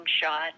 shot